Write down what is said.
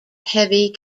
heavy